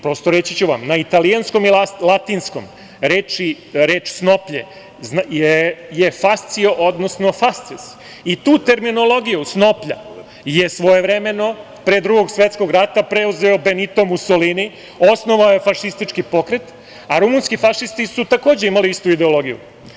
Prosto, reći ću vam, na italijanskom i latinskom reč snoplje je „fascio“, odnosno“fasces“ i tu terminologiju snoplja je svojevremeno pre drugog svetskog rada preuzeo Benito Musolini, osnovao je fašistički pokret, a rumunski fašisti su takođe imali istu ideologiju.